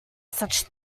such